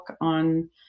on